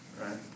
Right